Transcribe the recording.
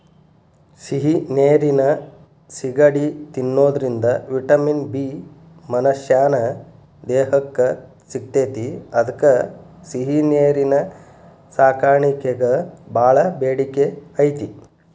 ಸಿಹಿ ನೇರಿನ ಸಿಗಡಿ ತಿನ್ನೋದ್ರಿಂದ ವಿಟಮಿನ್ ಬಿ ಮನಶ್ಯಾನ ದೇಹಕ್ಕ ಸಿಗ್ತೇತಿ ಅದ್ಕ ಸಿಹಿನೇರಿನ ಸಾಕಾಣಿಕೆಗ ಬಾಳ ಬೇಡಿಕೆ ಐತಿ